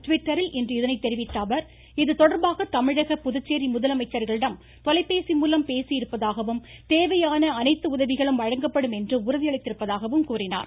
டிவிட்டரில் இன்று இதனை தெரிவித்த அவர் இதுதொடர்பாக தமிழக புதுச்சேரி முதலமைச்சர்களிடம் தொலைபேசி மூலம் பேசி இருப்பதாகவும் கேவையான அனைத்து உதவிகளும் வழங்கப்படும் என்று உறுதியளித்திருப்பதாகவும் கூறினார்